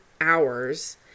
Hours